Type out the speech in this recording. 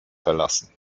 verlassen